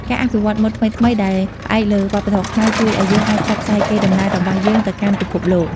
ការអភិវឌ្ឍម៉ូដថ្មីៗដែលផ្អែកលើវប្បធម៌ខ្មែរ ជួយឱ្យយើងអាចផ្សព្វផ្សាយកេរដំណែលរបស់យើងទៅកាន់ពិភពលោក។